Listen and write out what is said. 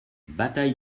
bataille